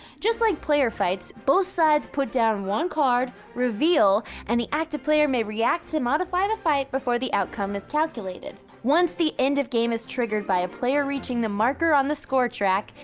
just like player fights, both sides put down one card, reveal, and the active player may react to modify the fight before the outcome is calculated. once the end of game is triggered by a player reaching the marker on the score track,